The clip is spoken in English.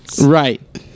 Right